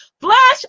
flash